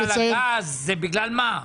זה בגלל מה?